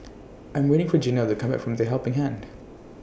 I'm waiting For Janell to Come Back from The Helping Hand